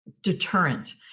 deterrent